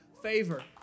Favor